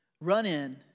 run-in